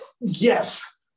Yes